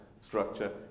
structure